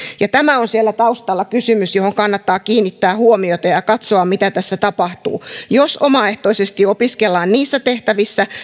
ja tämä on siellä taustalla kysymys johon kannattaa kiinnittää huomiota ja ja katsoa mitä tässä tapahtuu jos omaehtoisesti opiskellaan niissä tehtävissä